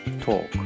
talk